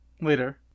later